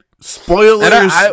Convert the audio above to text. spoilers